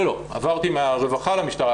לא, עברתי מהרווחה למשטרה.